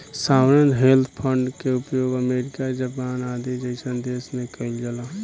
sovereign wealth fund के उपयोग America Japan आदि जईसन देश में कइल जाला